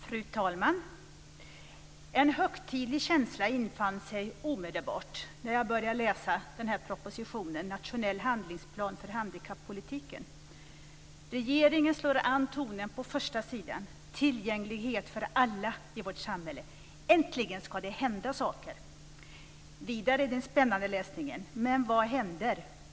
Fru talman! En högtidlig känsla infann sig omedelbart när jag började läsa propositionen Från patient till medborgare - en nationell handlingsplan för handikappolitiken. Regeringen slår an tonen på första sidan: Tillgänglighet för alla i vårt samhälle. Äntligen ska det hända saker! Jag gick sedan vidare i den spännande läsningen. Men vad händer?